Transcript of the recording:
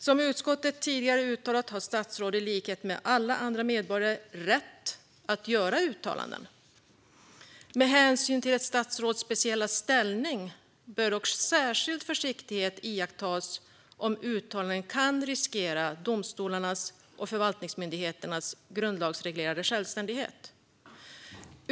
Som utskottet tidigare har uttalat har statsråd i likhet med alla andra medborgare rätt att göra uttalanden. Med hänsyn till ett statsråds speciella ställning bör dock särskild försiktighet iakttas om uttalanden kan riskera domstolarnas och förvaltningsmyndigheternas grundlagsreglerade självständighet.